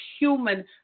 human